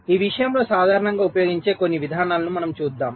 ఈ విషయంలో సాధారణంగా ఉపయోగించే కొన్ని విధానాలను మనము చూద్దాం